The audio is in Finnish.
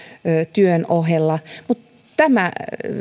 työn ohella mutta tämä